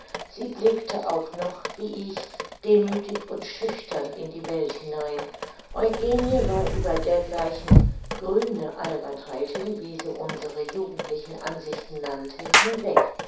sie blickte auch noch wie ich demüthig und schüchtern in die welt hinein eugenie war über dergleichen grüne albernheiten wie sie unsere jugendlichen ansichten nannte hinweg